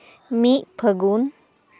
ᱢᱤᱫ ᱯᱷᱟᱹᱜᱩᱱ